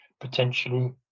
potentially